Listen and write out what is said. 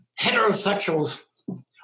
heterosexuals